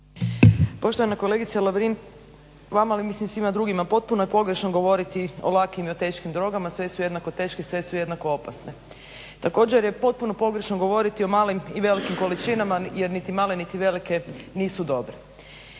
Poštovana kolegice Lovrin vama, ali mislim i svima drugima, potpuno je pogrešno govoriti o lakim i o teškim drogama. Sve su jednako teške i sve su jednako opasne. Također je potpuno pogrešno govoriti o malim i velikim količinama jer niti male niti velike nisu dobre.